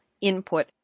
input